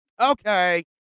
Okay